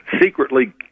secretly